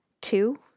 Two